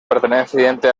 perteneciente